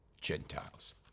Gentiles